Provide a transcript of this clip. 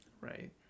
right